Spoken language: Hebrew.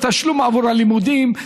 תשלום עבור הלימודים.